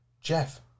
Jeff